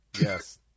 Yes